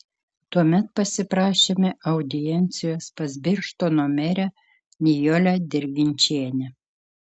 tuomet pasiprašėme audiencijos pas birštono merę nijolę dirginčienę